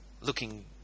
looking